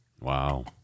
Wow